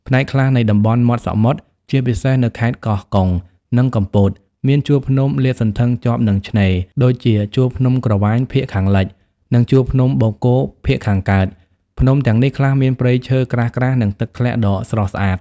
ផ្នែកខ្លះនៃតំបន់មាត់សមុទ្រ ជាពិសេសនៅខេត្តកោះកុង និងកំពត មាន ជួរភ្នំ លាតសន្ធឹងជាប់នឹងឆ្នេរ ដូចជាជួរភ្នំក្រវាញភាគខាងលិច និងជួរភ្នំបូកគោភាគខាងកើត ភ្នំទាំងនេះខ្លះមានព្រៃឈើក្រាស់ៗ និងទឹកធ្លាក់ដ៏ស្រស់ស្អាត។